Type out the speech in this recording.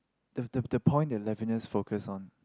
the the the point that Levinas focused on